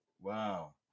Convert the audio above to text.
Wow